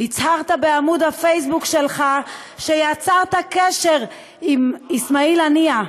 הצהרת בעמוד הפייסבוק שלך שיצרת קשר עם אסמאעיל הנייה.